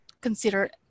consider